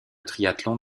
triathlon